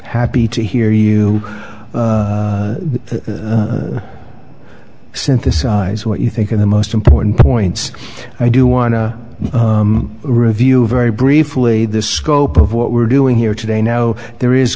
happy to hear you synthesize what you think of the most important points i do want to review very briefly the scope of what we're doing here today no there is